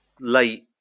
late